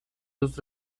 los